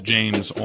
James